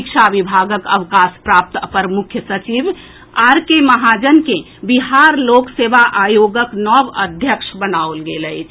शिक्षा विभागक अवकाश प्राप्त अपर मुख्य सचिव आर के महाजन के बिहार लोक सेवा आयोगक नव अध्यक्ष बनाओल गेल अछि